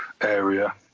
area